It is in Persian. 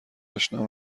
اشنا